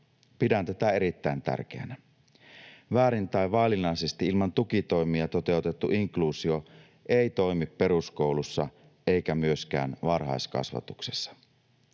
Pidän tätä erittäin tärkeänä. Väärin tai vaillinaisesti ilman tukitoimia toteutettu inkluusio ei toimi peruskoulussa eikä myöskään varhaiskasvatuksessa.